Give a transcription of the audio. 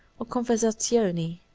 or conversazioni